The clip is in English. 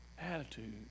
attitude